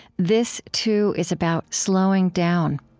this, too, is about slowing down.